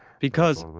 because,